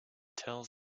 tells